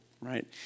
right